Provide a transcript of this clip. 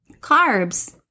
Carbs